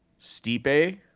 Stipe